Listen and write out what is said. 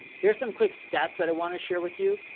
here's some quick stats that i want to share with you,